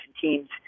teams